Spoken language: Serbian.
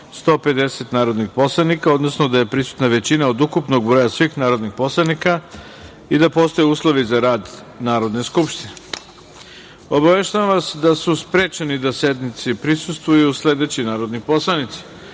150 narodnih poslanika, odnosno da je prisutna većina od ukupnog broja svih narodnih poslanika i da postoje uslovi za rad Narodne skupštine. Obaveštavam vas da su sprečeni da sednici prisustvuju sledeći narodni poslanici: